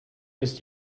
ist